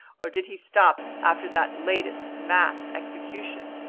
or did he stop after that latest mass execution?